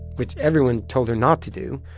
which everyone told her not to do.